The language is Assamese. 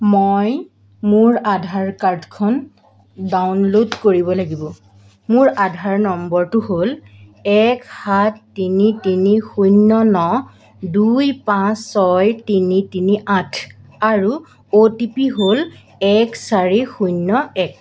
মই মোৰ আধাৰ কাৰ্ডখন ডাউনল'ড কৰিব লাগিব মোৰ আধাৰ নম্বৰটো হ'ল এক সাত তিনি তিনি শূন্য ন দুই পাঁচ ছয় তিনি তিনি আঠ আৰু অ' টি পি হ 'ল এক চাৰি শূন্য এক